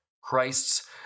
Christ's